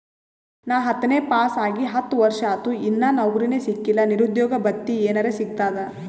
ನಾ ಹತ್ತನೇ ಪಾಸ್ ಆಗಿ ಹತ್ತ ವರ್ಸಾತು, ಇನ್ನಾ ನೌಕ್ರಿನೆ ಸಿಕಿಲ್ಲ, ನಿರುದ್ಯೋಗ ಭತ್ತಿ ಎನೆರೆ ಸಿಗ್ತದಾ?